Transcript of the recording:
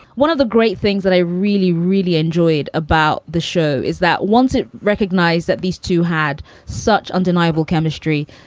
one of the great things that i really, really enjoyed about the show is that once it recognized that these two had such undeniable chemistry,